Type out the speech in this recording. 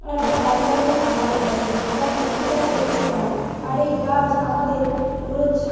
আর আমরা গাছ লাগাতে খুব ভালোবাসি কারণ একটি গাছ একটি প্রাণ আর এই গাছ আমাদের রোজ